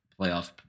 playoff